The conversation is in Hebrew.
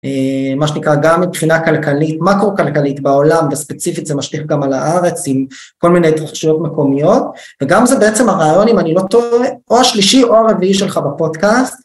מה שנקרא גם מבחינה כלכלית, מקרו-כלכלית בעולם, בספציפית זה משליך גם על הארץ עם כל מיני התרחשויות מקומיות, וגם זה בעצם הרעיון אם אני לא טועה, או השלישי או הרביעי שלך בפודקאסט.